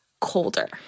colder